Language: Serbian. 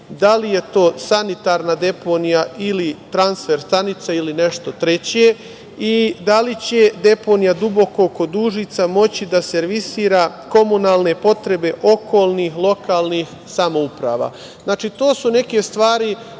da li je to sanitarna deponije ili transfer stanica ili nešto treći i da li će deponija „Duboko“ kod Užica moći da servisira komunalne potrebe okolnih lokalnih samouprava? Znači, to su neke stvari